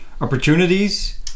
opportunities